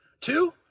Two